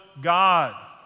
God